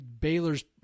Baylor's